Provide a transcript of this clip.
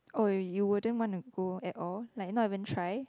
oh you wouldn't wanna go at all like not even try